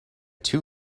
two